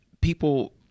people